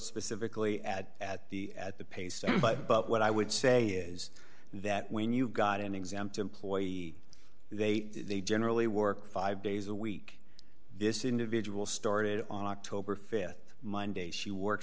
specifically at at the at the pace but what i would say is that when you've got an exempt employee they generally work five days a week this individual started on october th mine day she work